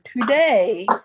today